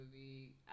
movie